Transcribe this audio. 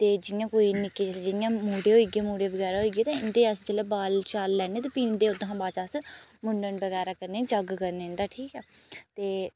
ते जियां कोई निक्के जियां मुड़े होई गे मुड़े बगैरा होई गे इं'दे अस जोल्लै बाल शाल लैन्ने आं ते फ्ही ओह्दे बाद अस मुन्नन बगैरा करने आं जग्ग करना इं'दा ठीक ऐ ते